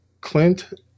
Clint